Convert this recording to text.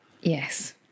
Yes